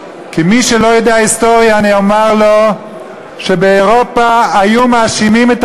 כי מי שלא יודע היסטוריה אומר לו שבאירופה היו מאשימים את